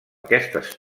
aquestes